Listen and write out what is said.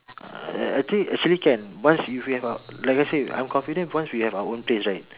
uh I think actually can once if we have our like I said I am confident once we have our own place right